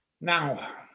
Now